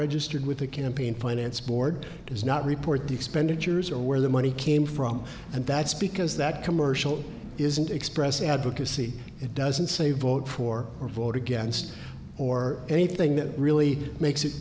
registered with the campaign finance board does not report the expenditures or where the money came from and that's because that commercial isn't express advocacy it doesn't say vote for or vote against or anything that really makes it